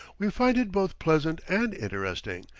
we find it both pleasant and interesting,